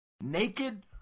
naked